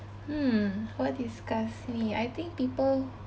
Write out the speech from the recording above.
hmm what disgusts me I think people